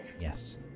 Yes